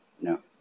No